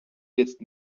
jetzt